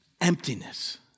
emptiness